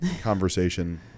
conversation